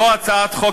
זו הצעת חוק,